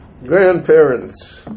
Grandparents